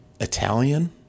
Italian